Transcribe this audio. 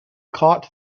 caught